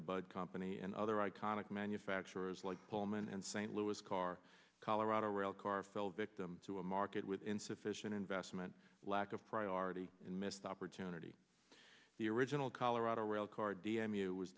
the bud company and other iconic manufacturers like pullman and st louis car colorado railcar fell victim to a market with insufficient investment lack of priority and missed opportunity the original colorado railcar d m u was